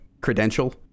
credential